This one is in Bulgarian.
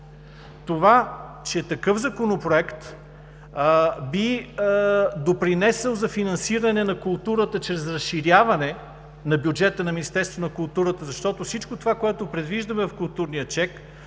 Това, че такъв законопроект би допринесъл за финансиране на културата чрез разширяване на бюджета на Министерството на културата – защото всичко това, което предвиждаме в културния чек,